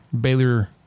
Baylor